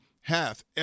hath